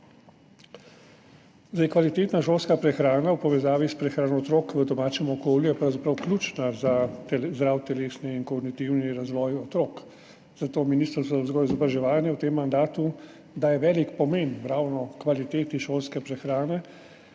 Kvalitetna šolska prehrana v povezavi s prehrano otrok v domačem okolju je pravzaprav ključna za zdrav telesni in kognitivni razvoj otrok, zato Ministrstvo za vzgojo in izobraževanje v tem mandatu daje velik pomen ravno kvaliteti šolske prehrane,